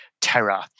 terror